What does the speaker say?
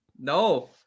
no